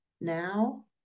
now